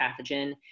pathogen